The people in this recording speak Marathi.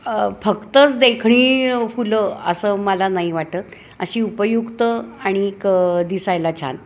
फक्तच देखणी फुलं असं मला नाही वाटत अशी उपयुक्त आणिक दिसायला छान